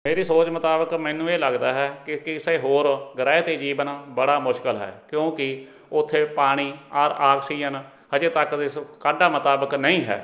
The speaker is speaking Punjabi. ਮੇਰੀ ਸੋਚ ਮੁਤਾਬਕ ਮੈਨੂੰ ਇਹ ਲੱਗਦਾ ਹੈ ਕਿ ਕਿਸੇ ਹੋਰ ਗ੍ਰਹਿ 'ਤੇ ਜੀਵਨ ਬੜਾ ਮੁਸ਼ਕਲ ਹੈ ਕਿਉਂਕਿ ਉੱਥੇ ਪਾਣੀ ਆ ਆਕਸੀਜਨ ਅਜੇ ਤੱਕ ਦੇ ਸ ਕਾਢਾਂ ਮੁਤਾਬਕ ਨਹੀਂ ਹੈ